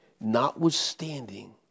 notwithstanding